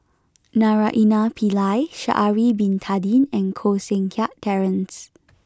Naraina Pillai Sha'ari bin Tadin and Koh Seng Kiat Terence